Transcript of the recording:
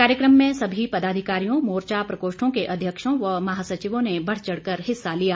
कार्यक्रम में सभी पदाधिकारियों मोर्चा प्रकोष्ठों के अध्यक्षों व महासचिवों ने बढ़चढ़ कर हिस्सा लिया